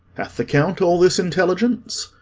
hath the count all this intelligence?